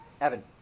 Evan